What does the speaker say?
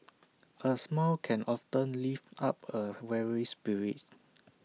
A smile can often lift up A weary spirit